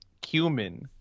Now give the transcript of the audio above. cumin